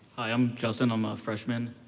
i'm justin. i'm a freshman.